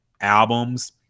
albums